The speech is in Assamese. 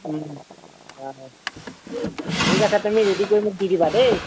অঁ ঠিক আছে তুমি ৰেডি কৰি মোক দি দিবা দেই